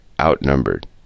outnumbered